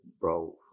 Bro